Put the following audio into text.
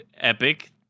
Epic